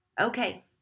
Okay